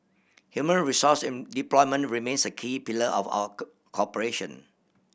human resource development remains a key pillar of our cooperation